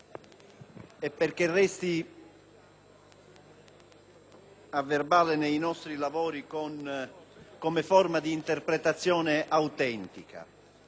dirò resti a verbale dei nostri lavori come forma d'interpretazione autentica.